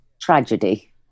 Tragedy